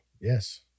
Yes